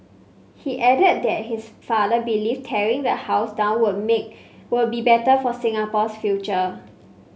he added that his father believed tearing the house down would make would be better for Singapore's future